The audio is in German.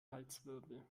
halswirbel